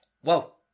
Whoa